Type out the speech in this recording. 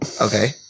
Okay